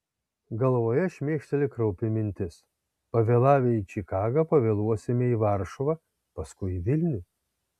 galvoje šmėkšteli kraupi mintis pavėlavę į čikagą pavėluosime į varšuvą paskui į vilnių